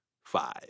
five